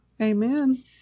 amen